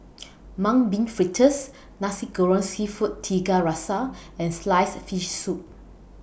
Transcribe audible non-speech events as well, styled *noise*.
*noise* Mung Bean Fritters Nasi Goreng Seafood Tiga Rasa and Sliced Fish Soup